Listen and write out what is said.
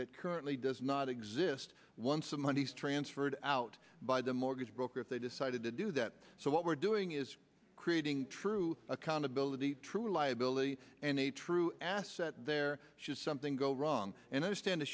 that currently does not exist once a money is transferred out by the mortgage broker if they decided to do that so what we're doing is creating true accountability true liability and a true asset there should something go wrong and stand